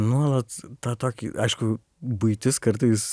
nuolat tą tokį aišku buitis kartais